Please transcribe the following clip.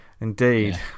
Indeed